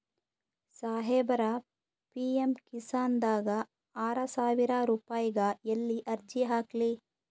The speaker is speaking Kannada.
ಸಾಹೇಬರ, ಪಿ.ಎಮ್ ಕಿಸಾನ್ ದಾಗ ಆರಸಾವಿರ ರುಪಾಯಿಗ ಎಲ್ಲಿ ಅರ್ಜಿ ಹಾಕ್ಲಿ?